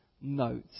note